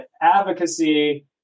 advocacy